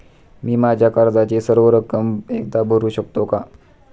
मी माझ्या कर्जाची सर्व रक्कम एकदा भरू शकतो का?